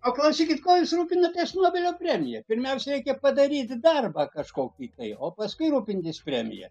paklausykit ko jūs rūpinatės nobelio premija pirmiausia reikia padaryti darbą kažkokį tai o paskui rūpintis premija